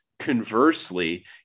Conversely